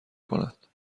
کند